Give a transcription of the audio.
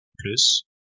plus